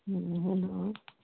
hello